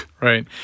Right